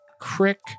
crick